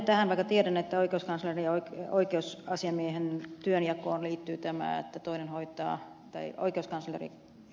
vaikka tiedän että oikeuskanslerin ja oikeusasiamiehen työnjakoon liittyy tämä että oikeuskansleri